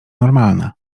normalne